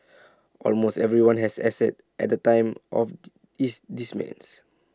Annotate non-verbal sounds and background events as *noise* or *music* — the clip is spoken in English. almost everyone has assets at the time of *unintelligible* his *unintelligible*